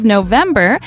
November